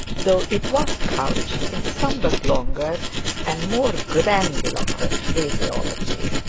though it was couched in somewhat longer and more grandiloquent phraseology.